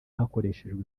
hakoreshejwe